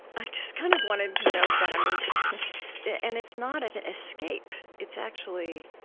i just kind of wanted to note that. i mean and it's not an escape. it's actually